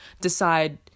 decide